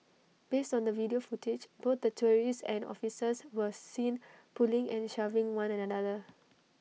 based on the video footage both the tourists and officers were seen pulling and shoving one and another